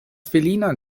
filinon